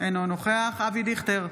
אינו נוכח אבי דיכטר,